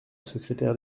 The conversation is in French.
secrétaire